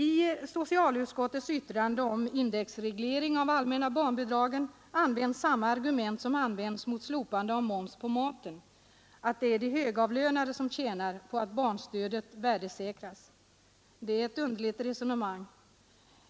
I socialutskottets yttrande om indexreglering av de allmänna barnbidragen används samma argument som mot slopande av moms på maten, att det är de högavlönade som tjänar på att barnstödet värdesäkras. Det är ett underligt resonemang.